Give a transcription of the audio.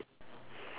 yes